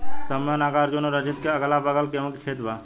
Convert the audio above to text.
सौम्या नागार्जुन और रंजीत के अगलाबगल गेंहू के खेत बा